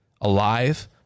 alive